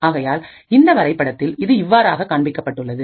ஆகையால் இந்த வரைபடத்தில் இது இவ்வாறாக காண்பிக்கப்பட்டுள்ளது